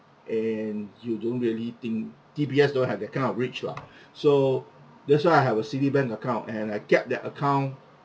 and you don't really think D_B_S don't have that kind of rich lah so that's why I have a Citibank account and I kept that account